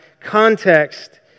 Context